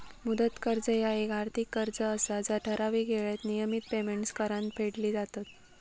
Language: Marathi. मुदत कर्ज ह्या येक आर्थिक कर्ज असा जा ठराविक येळेत नियमित पेमेंट्स करान फेडली जातत